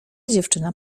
dziewczyna